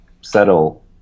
settle